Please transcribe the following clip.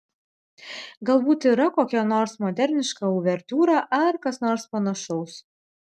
galbūt yra kokia nors moderniška uvertiūra ar kas nors panašaus